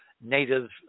native